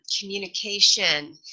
communication